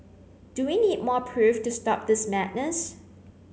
do we need more proof to stop this madness